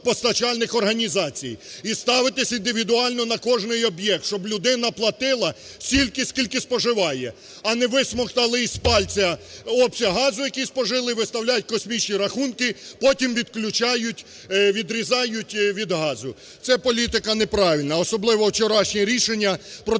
постачальних організацій, і ставитись індивідуально на кожний об'єкт, щоб людина платила стільки, скільки споживає. А не висмоктали із пальця обсяг газу, який спожили, виставляють космічні рахунки, потім відключають, відрізають від газу. Це політика неправильна, особливо вчорашнє рішення про